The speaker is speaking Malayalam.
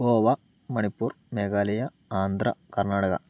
ഗോവ മണിപ്പൂർ മേഘാലയ ആന്ധ്രാ കർണാടക